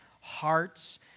hearts